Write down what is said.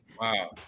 Wow